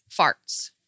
farts